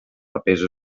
papers